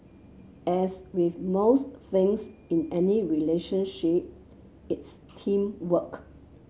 as with most things in any relationship it's teamwork